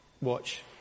watch